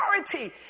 authority